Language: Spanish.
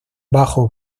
bajo